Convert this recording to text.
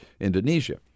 Indonesia